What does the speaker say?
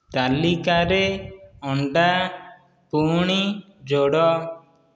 ତାଲିକାରେ ଅଣ୍ଡା ପୁଣି ଯୋଡ଼